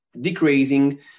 decreasing